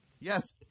Yes